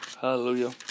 Hallelujah